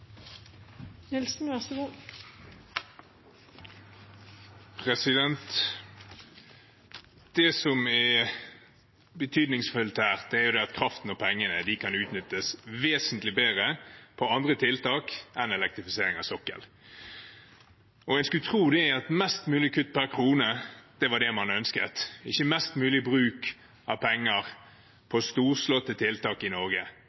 betydningsfullt her, er at kraften og pengene kan utnyttes vesentlig bedre på andre tiltak enn elektrifisering av sokkelen. En skulle tro at størst mulig kutt per krone var det man ønsket, ikke mest mulig bruk av penger på storslåtte tiltak i Norge,